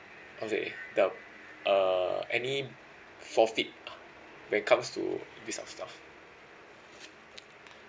okay the uh any forfeit when it comes to this kind of stuff